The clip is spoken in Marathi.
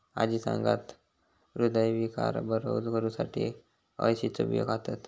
आजी सांगता, हृदयविकार बरो करुसाठी अळशीचे बियो खातत